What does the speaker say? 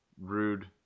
Rude